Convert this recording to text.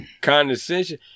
condescension